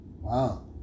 Wow